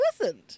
listened